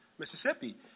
Mississippi